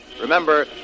Remember